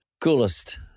coolest